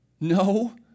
no